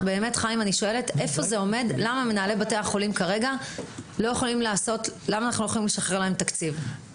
היכן זה עומד ולמה לא יכולים לשחרר תקציב למנהלי בתי החולים?